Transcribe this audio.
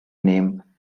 name